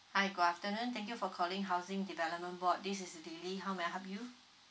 hi good afternoon thank you for calling housing development board this is lily how may I help you